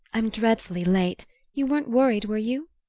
i'm dreadfully late you weren't worried, were you?